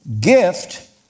gift